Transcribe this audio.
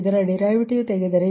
ಇದರ ಡರಿವಿಟಿವ ತೆಗೆದರೆ